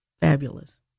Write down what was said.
fabulous